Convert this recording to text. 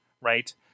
right